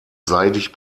seidig